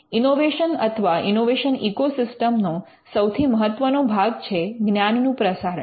innovation અથવા innovation ecosystem નો સૌથી મહત્વનો ભાગ છે જ્ઞાનનું પ્રસારણ